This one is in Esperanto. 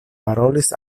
parolis